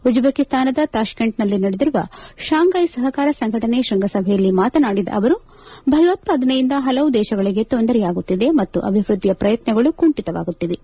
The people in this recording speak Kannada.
ಉಜ್ಲೇಕಿಸ್ತಾನದ ತಾಪ್ತೆಂಟ್ನಲ್ಲಿ ನಡೆದಿರುವ ಶಾಂಘ್ಲೆ ಸಹಕಾರ ಸಂಘಟನೆ ಶ್ವಂಗಸಭೆಯಲ್ಲಿ ಮಾತನಾಡಿದ ಅವರು ಭಯೋತ್ತಾದನೆಯಿಂದ ಹಲವು ದೇಶಗಳಿಗೆ ತೊಂದರೆಯಾಗುತ್ತಿದೆ ಮತ್ತು ಅಭಿವ್ಯದ್ದಿ ಪ್ರಯತ್ನಗಳು ಕುಂಠಿತವಾಗುತ್ತಿವೆ